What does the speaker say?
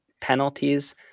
penalties